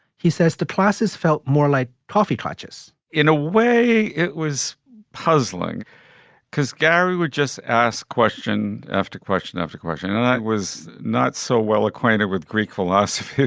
he says the classes felt more like toffee clutches in a way, it was puzzling because gary would just ask question after question after question that was not so well acquainted with greek philosophy